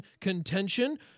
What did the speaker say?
contention